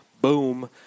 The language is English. Boom